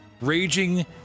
raging